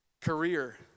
Career